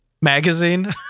magazine